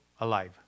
alive